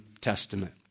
Testament